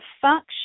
function